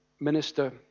minister